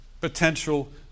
potential